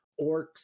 orcs